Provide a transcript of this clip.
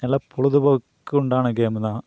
எல்லா பொழுதுபோக்குகுண்டான கேம்தான்